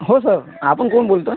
हो सर आपण कोण बोलता